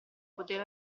poter